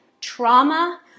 trauma